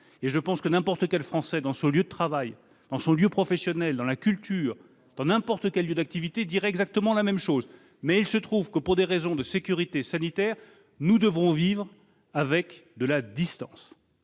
et je pense que n'importe quel Français, dans son lieu de travail, dans les lieux de culture, dans n'importe quel lieu d'activité, dirait exactement la même chose. Mais il se trouve que, pour des raisons de sécurité sanitaire, nous devons vivre avec de la distance.